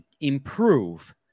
improve